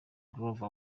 groove